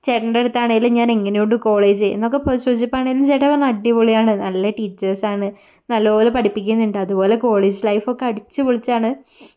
ചേട്ടൻറ്റടുത്താണെങ്കിലും ഞാൻ എങ്ങനെയുണ്ട് കോളേജ് എന്നൊക്കെ പോയി ചോദിച്ചപ്പോൾ ആണേ ചേട്ടൻ പറഞ്ഞു അടിപൊളിയാണ് നല്ല ടീച്ചേഴ്സാണ് നല്ലതുപോലെ പഠിപ്പിക്കുന്നുണ്ട് അതുപോലെ കോളേജ് ലൈഫൊക്കെ അടിച്ച് പൊളിച്ചാണ്